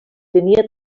tenia